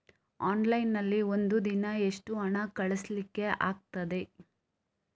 Online ನಲ್ಲಿ ಒಂದು ದಿನ ಎಷ್ಟು ಹಣ ಕಳಿಸ್ಲಿಕ್ಕೆ ಆಗ್ತದೆ?